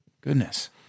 Goodness